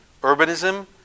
urbanism